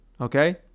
Okay